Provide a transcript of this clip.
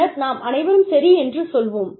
பின்னர் நாம் அனைவரும் சரி என்று சொல்வோம்